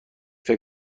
فکر